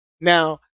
Now